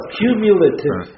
cumulative